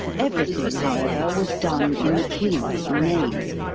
every thing, however, was done in the king's name.